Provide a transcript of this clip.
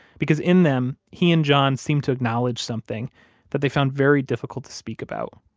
because in them he and john seemed to acknowledge something that they found very difficult to speak about.